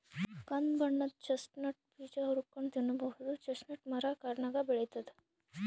ಕಂದ್ ಬಣ್ಣದ್ ಚೆಸ್ಟ್ನಟ್ ಬೀಜ ಹುರ್ಕೊಂನ್ಡ್ ತಿನ್ನಬಹುದ್ ಚೆಸ್ಟ್ನಟ್ ಮರಾ ಕಾಡ್ನಾಗ್ ಬೆಳಿತದ್